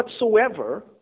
whatsoever